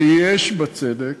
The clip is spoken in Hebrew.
שיש בה צדק,